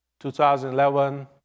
2011